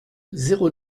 zéro